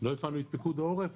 לא הפעלנו את פיקוד העורף,